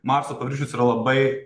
marso paviršius yra labai